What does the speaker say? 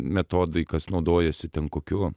metodai kas naudojasi ten kokiu